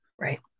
Right